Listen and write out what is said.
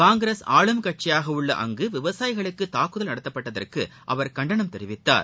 காங்கிரஸ் ஆளும் கட்சியாக உள்ள அங்கு விவசாயிகளுக்கு தாக்குதல் நடத்தப்பட்டதற்கு அவர் கண்டனம் தெரிவித்தார்